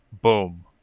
boom